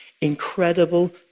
incredible